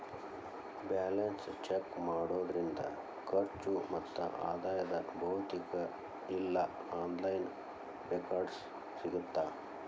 balance check ಮಾಡೋದ್ರಿಂದ ಖರ್ಚು ಮತ್ತ ಆದಾಯದ್ ಭೌತಿಕ ಇಲ್ಲಾ ಆನ್ಲೈನ್ ರೆಕಾರ್ಡ್ಸ್ ಸಿಗತ್ತಾ